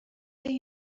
این